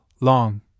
long